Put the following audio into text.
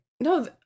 no